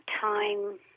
time